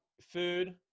food